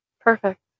Perfect